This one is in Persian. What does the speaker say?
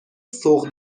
سوق